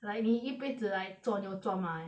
like 你一辈子 like 做牛做马 eh